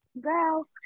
girl